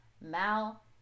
Mal